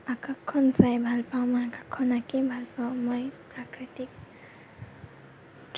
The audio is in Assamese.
আকাশখন চাই ভাল পাওঁ মই আকাশখন আঁকি ভাল পাওঁ মই প্ৰাকৃতিক